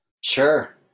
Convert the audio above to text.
Sure